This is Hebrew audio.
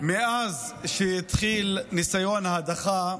מאז שהתחיל ניסיון ההדחה,